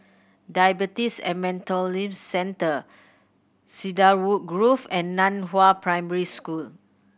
Diabetes and Metabolism Centre Cedarwood Grove and Nan Hua Primary School